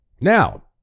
Now